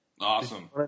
Awesome